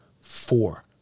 four